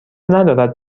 ندارد